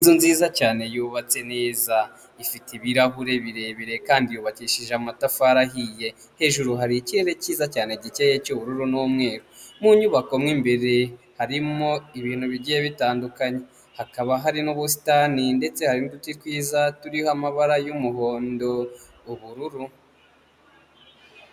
Inzu nziza cyane yubatse neza ifite ibirahure birebire kandi yubakishije amatafari ahiye, hejuru hari ikirere cyiza cyane gikeya cy'ubururu n'umweru, mu nyubako mu imbere harimo ibintu bigiye bitandukanye hakaba hari n'ubusitani ndetse hari n'uduti twiza turiho amabara y'umuhondo ubururu.